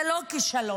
זה לא כישלון.